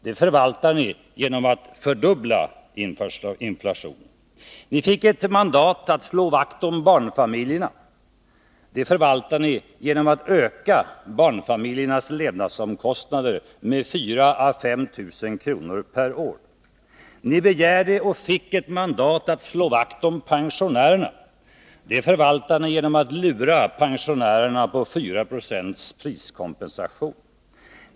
Det förvaltar ni genom att fördubbla inflationen. Ni fick ett mandat att slå vakt om barnfamiljerna. Det förvaltar ni genom att öka barnfamiljernas levnadsomkostnader med 4000 å 5000 kr. per år. Ni begärde och fick ett mandat att slå vakt om pensionärerna. Det förvaltar ni genom att lura pensionärerna på 4 20 priskompensation.